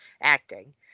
acting